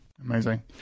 Amazing